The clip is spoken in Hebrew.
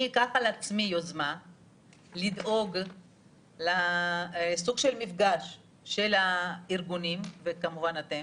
אני אקח על עצמי יוזמה לדאוג לסוג של מפגש של הארגונים וכמובן אתם,